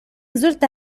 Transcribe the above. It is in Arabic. زرت